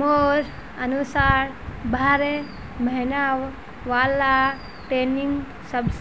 मोर अनुसार बारह महिना वाला ट्रेनिंग सबस